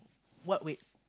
what wait